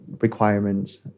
requirements